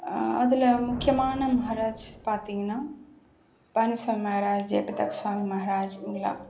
அதில் முக்கியமான மஹராஜ் பார்த்தீங்கன்னா பஞ்ச மஹராஜ் மஹராஜ் இவங்கள்ல்லாம்